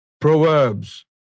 Proverbs